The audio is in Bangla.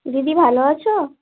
দিদি ভালো আছো